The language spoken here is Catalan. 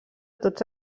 tots